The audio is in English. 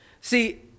See